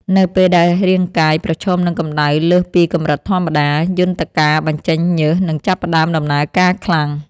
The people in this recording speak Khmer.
នៅពេលដែលរាងកាយប្រឈមនឹងកម្ដៅលើសពីកម្រិតធម្មតា យន្តការបញ្ចេញញើសនឹងចាប់ផ្តើមដំណើរការខ្លាំង។